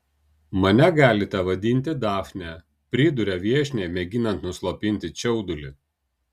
mane galite vadinti dafne priduria viešniai mėginant nuslopinti čiaudulį